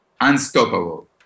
unstoppable